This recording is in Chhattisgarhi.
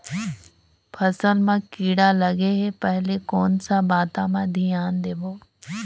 फसल मां किड़ा लगे ले पहले कोन सा बाता मां धियान देबो?